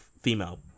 female